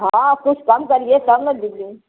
हाँ कुछ कम करिए तब न लेंगे